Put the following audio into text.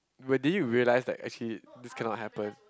wait did you realise that like actually this cannot happen